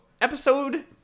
episode